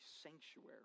sanctuary